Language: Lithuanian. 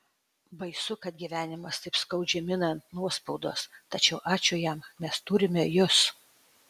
baisu kad gyvenimas taip skaudžiai mina ant nuospaudos tačiau ačiū jam mes turime jus